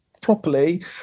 properly